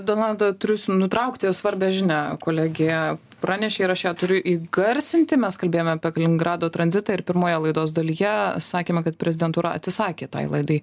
donalda turiu jus nutraukti svarbią žinią kolegė pranešė ir aš ją turiu įgarsinti mes kalbėjome apie kaliningrado tranzitą ir pirmoje laidos dalyje sakėme kad prezidentūra atsisakė tai laidai